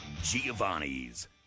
Giovanni's